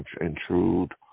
intrude